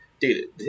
Dude